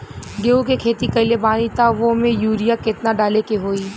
गेहूं के खेती कइले बानी त वो में युरिया केतना डाले के होई?